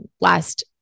last